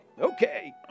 Okay